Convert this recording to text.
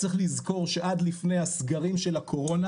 צריך לזכור שעד לפני הסגרים של הקורונה